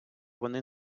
вони